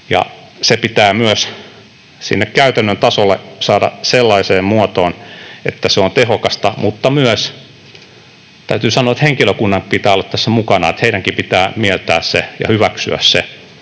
se pitää myös sinne käytännön tasolle saada sellaiseen muotoon, että se on tehokasta. Mutta myös täytyy sanoa, että henkilökunnan pitää olla tässä mukana, heidänkin pitää mieltää se ja hyväksyä se